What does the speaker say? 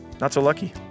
not-so-lucky